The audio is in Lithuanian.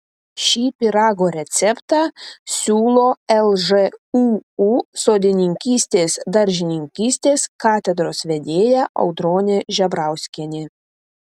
šį pyrago receptą siūlo lžūu sodininkystės daržininkystės katedros vedėja audronė žebrauskienė